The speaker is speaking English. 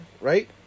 right